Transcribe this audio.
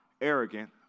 arrogant